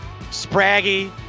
Spraggy